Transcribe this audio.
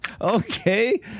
Okay